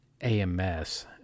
ams